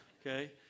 Okay